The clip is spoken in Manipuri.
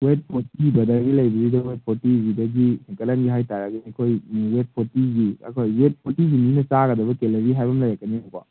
ꯋꯦꯠ ꯐꯣꯔꯇꯤ ꯕ꯭ꯔꯗꯔꯒꯤ ꯂꯩꯕꯤꯔꯤꯕ ꯋꯦꯠ ꯐꯣꯔꯇꯤꯁꯤꯗꯒꯤ ꯍꯦꯟꯒꯠꯂꯟꯒꯦ ꯍꯥꯏ ꯇꯥꯔꯒꯗꯤ ꯑꯩꯈꯣꯏ ꯋꯦꯠ ꯐꯣꯔꯇꯤꯒꯤ ꯑꯩꯈꯣꯏ ꯋꯦꯠ ꯐꯣꯔꯇꯤꯒꯤ ꯃꯤꯅ ꯆꯥꯒꯗꯕ ꯀꯦꯂꯣꯔꯤ ꯍꯥꯏꯕ ꯑꯃ ꯂꯩꯔꯛꯀꯅꯦꯕꯀꯣ